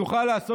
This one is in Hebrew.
יוכל לעשות